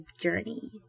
journey